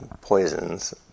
poisons